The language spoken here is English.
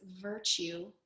virtue